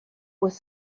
was